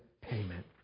payment